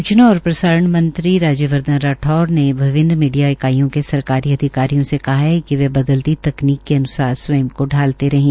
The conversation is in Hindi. सूचना और प्रसारण मंत्री राज्यवर्धन राठौर ने विभन्न मीडिया इकाइयों के सरकारी आधिकारियों से कहा है कि वह बदलती तकनीक के अनुसर स्वंय को शालते रहें